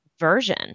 version